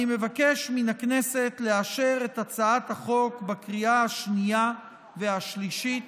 אני מבקש מן הכנסת לאשר את הצעת החוק בקריאה השנייה והשלישית.